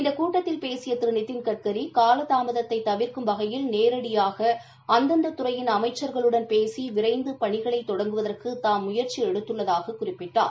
இந்த கூட்டத்தில் பேசிய திரு நிதின்கட்கி காலதாமத்தை தவிர்க்கும் வகையில் நேரடியாக அந்தந்த துறையின் அமைச்சா்களுடன் பேசி விரைந்து பணிகளை தொடங்குவதற்கு தாம் முயற்சி எடுத்துள்ளதாகக் குறிப்பிட்டார்